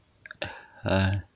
哎